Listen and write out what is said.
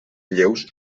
lleus